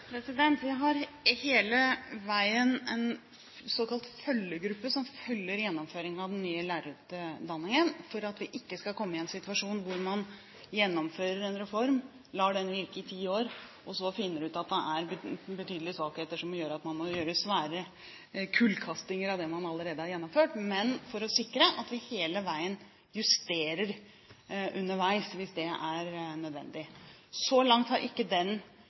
Vi har hele veien en såkalt følgegruppe som følger gjennomføringen av den nye lærerutdanningen, slik at vi ikke skal komme i en situasjon der man gjennomfører en reform, lar den virke i ti år og så finner ut at den har betydelige svakheter som gjør at man må foreta svære kullkastinger av det man allerede har gjennomført. Vi må hele veien sikre at vi justerer underveis, hvis det er nødvendig. Så langt har ikke den